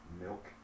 Milk